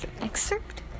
excerpt